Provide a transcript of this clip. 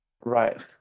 Right